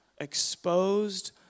exposed